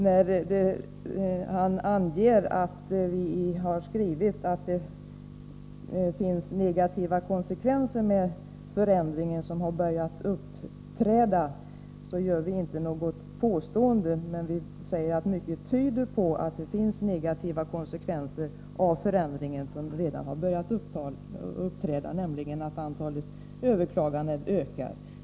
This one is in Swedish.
Allan Ekström angav att vi har skrivit att negativa konsekvenser med förändringen har börjat uppträda, men vi säger att mycket tyder på att det finns negativa konsekvenser av förändringen som redan har börjat uppträda, nämligen att antalet överklaganden ökar.